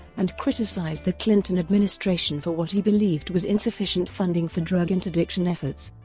and criticized the clinton administration for what he believed was insufficient funding for drug interdiction efforts.